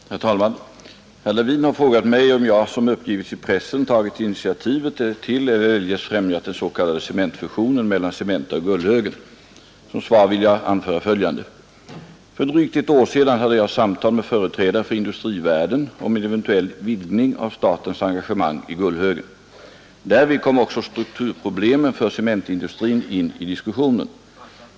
Herr talman! Herr Levin har frågat mig om jag, som uppgivits i pressen, tagit initiativet till eller eljest främjat den s.k. cementfusionen mellan Cementa och Gullhögen. Som svar vill jag anföra följande. För drygt ett år sedan hade jag samtal med företrädare för Industrivärden om en eventuell vidgning av statens engagemang i Gullhögen. Därvid kom också strukturproblemen för cementindustrin in i diskussionen.